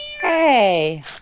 Hey